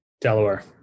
Delaware